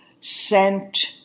sent